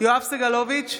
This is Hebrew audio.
יואב סגלוביץ'